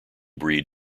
breed